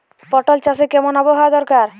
পটল চাষে কেমন আবহাওয়া দরকার?